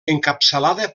encapçalada